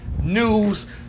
news